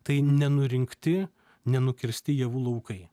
tai nenurinkti nenukirsti javų laukai